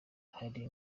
hari